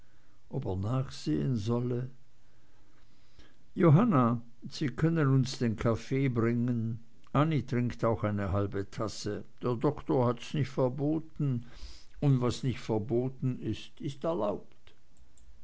ob er nachsehen solle johanna sie könnten uns den kaffee bringen annie trinkt auch eine halbe tasse der doktor hat's nicht verboten und was nicht verboten ist ist erlaubt